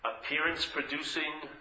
appearance-producing